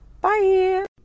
Bye